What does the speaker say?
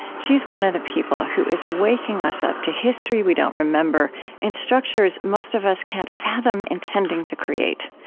she's one of the people who is waking us up to history we don't remember and structures most of us can't fathom intending to create.